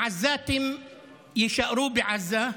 העזתים יישארו בעזה,